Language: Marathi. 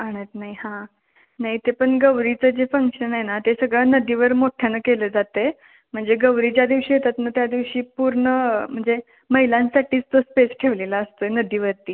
आणत नाही हां नाही इथे पण गौरीचं जे फंक्शन आहे ना ते सगळं नदीवर मोठ्ठ्यानं केलं जात आहे म्हणजे गौरी ज्या दिवशी येतात ना त्या दिवशी पूर्ण म्हणजे महिलांसाठीच तो स्पेस ठेवलेला असतोय नदीवरती